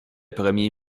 premier